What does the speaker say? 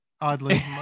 oddly